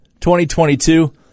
2022